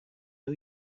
new